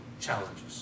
challenges